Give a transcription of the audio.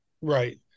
Right